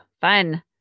fun